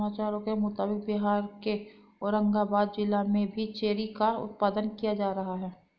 समाचारों के मुताबिक बिहार के औरंगाबाद जिला में भी चेरी का उत्पादन किया जा रहा है